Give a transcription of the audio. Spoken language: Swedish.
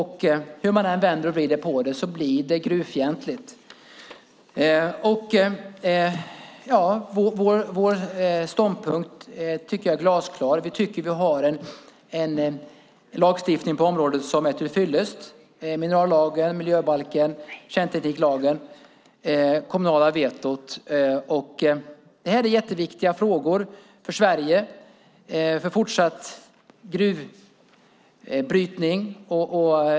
Hur man än vänder och vrider på det blir det gruvfientligt. Jag tycker att vår ståndpunkt är glasklar. Vi tycker att vi har en lagstiftning på området som är tillfyllest - minerallagen, miljöbalken, kärntekniklagen och det kommunala vetot. Det här är jätteviktiga frågor för Sverige och för fortsatt gruvbrytning.